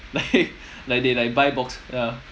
like like they like buy box ya